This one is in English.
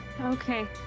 Okay